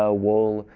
ah wool,